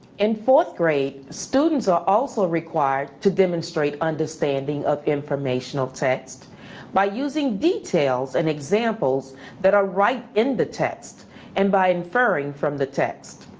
in fourth grade, students are also required to demonstrate understanding of informational text by using details and examples that are right in the text and by inferring from the text.